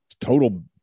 total